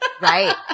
Right